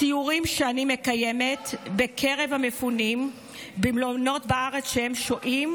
בסיורים שאני מקיימת בקרב המפונים במלונות בארץ שבהם הם שוהים,